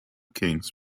kings